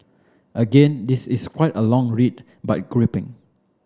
again this is quite a long read but gripping